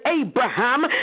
Abraham